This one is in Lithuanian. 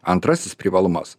antrasis privalumas